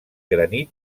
granit